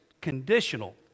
conditional